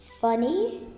funny